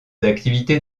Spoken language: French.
activités